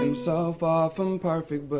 um so far from perfect,